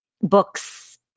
books